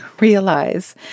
realize